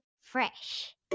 Fresh